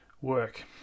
work